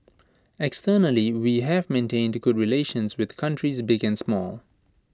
externally we have maintained good relations with countries big and small